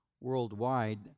worldwide